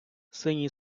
синій